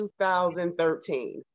2013